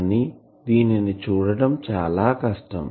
కానీ దీనిని చూడటం చాలా కష్టం